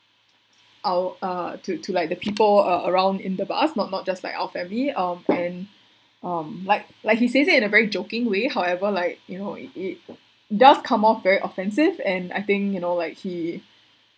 our uh to to like the people uh around in the bus not not just like our family um and um like like he says it in a very joking way however like you know it it does come off very offensive and I think you know like he